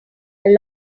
are